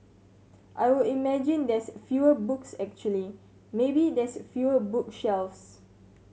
I would imagine there's fewer books actually maybe there's fewer book shelves